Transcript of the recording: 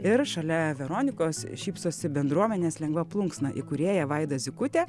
ir šalia veronikos šypsosi bendruomenės lengva plunksna įkūrėja vaida zykutė